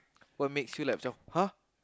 what makes you like macam !huh!